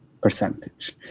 percentage